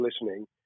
listening